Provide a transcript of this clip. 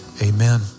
amen